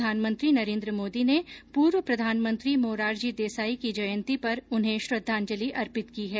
प्रधानमंत्री नरेन्द्र मोदी ने पूर्व प्रधानमंत्री मोरारजी देसाई की जयंती पर उन्हें श्रद्वांजलि अर्पित की है